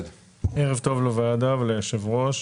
ערב טוב לוועדה וליושב ראש.